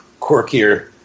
quirkier